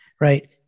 right